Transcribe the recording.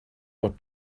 what